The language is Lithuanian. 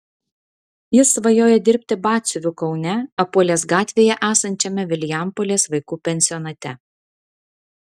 jis svajoja dirbti batsiuviu kaune apuolės gatvėje esančiame vilijampolės vaikų pensionate